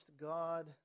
God